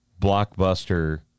blockbuster